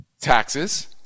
taxes